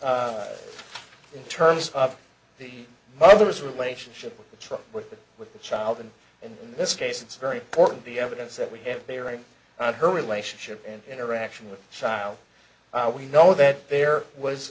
in terms of the mother's relationship the trouble with the with the child and in this case it's very important the evidence that we have bearing on her relationship and interaction with the child we know that there was